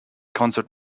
concert